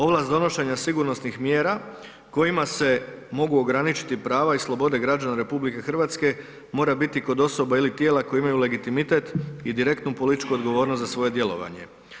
Ovlast donošenja sigurnosnih mjera kojima se mogu ograničiti prava i slobode građana RH mora biti kod osoba ili tijela koja imaju legitimitet i direktnu političku odgovornost za svoje djelovanje.